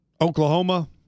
Oklahoma